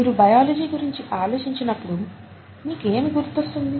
మీరు బయాలజీ గురించి ఆలోచించినప్పుడు మీకు ఏమి గుర్తొస్తుంది